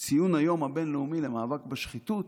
ציון היום הבין-לאומי למאבק בשחיתות,